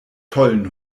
tollen